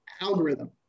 algorithm